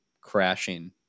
crashing